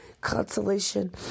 consolation